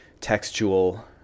textual